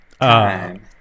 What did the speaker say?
Time